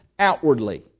outwardly